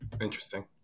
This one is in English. Interesting